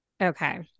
Okay